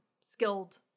skilled